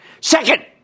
Second